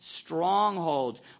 strongholds